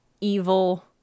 evil